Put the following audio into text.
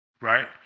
right